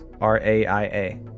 R-A-I-A